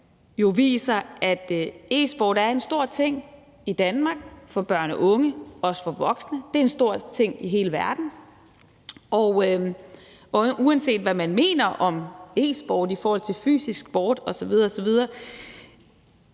viser, at e-sport er en stor ting i Danmark for børn og unge, også for voksne. Det er en stor ting i hele verden. Og uanset hvad man mener om e-sport i forhold til fysisk sport osv. osv.,